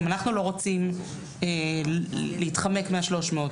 גם אנחנו לא רוצים להתחמק מה-300.